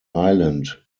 island